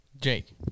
Jake